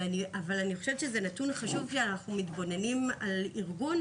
אבל אני חושבת שזהו נתון חשוב כשאנחנו מתבוננים על ארגון,